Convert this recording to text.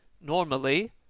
Normally